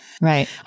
Right